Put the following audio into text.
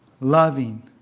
loving